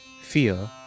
Fear